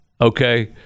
Okay